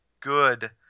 good